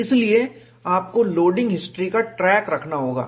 इसलिए आपको loading history का ट्रैक रखना होगा